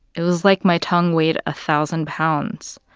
it was like my tongue weighed a thousand pounds.